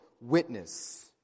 witness